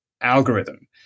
algorithm